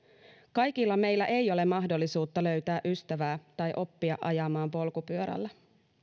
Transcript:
kaikilla meillä ei ole mahdollisuutta löytää ystävää tai oppia ajamaan polkupyörällä